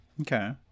Okay